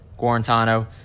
Guarantano